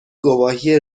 گواهی